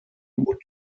would